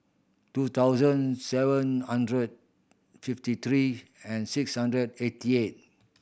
two thousand seven hundred fifty three and six hundred eighty eight